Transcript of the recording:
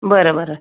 बरं बरं